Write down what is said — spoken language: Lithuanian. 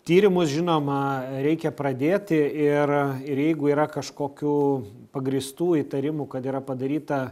tyrimus žinoma reikia pradėti ir ir jeigu yra kažkokių pagrįstų įtarimų kad yra padaryta